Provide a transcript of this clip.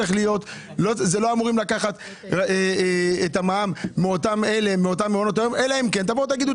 לא אמורים לקחת את המע"מ מאותם מעונות יום אלא אם כן תבואו ותגידו,